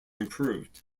improved